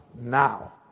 now